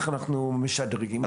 איך אנחנו משדרגים אותם?